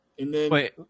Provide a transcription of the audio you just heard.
Wait